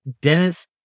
Dennis